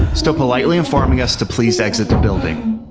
still politely informing us to please exit the building.